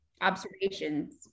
Observations